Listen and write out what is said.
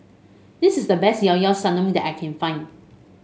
this is the best Llao Llao Sanum that I can find